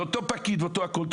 זה אותו פקיד ואותו הכול,